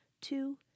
Two